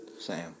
Sam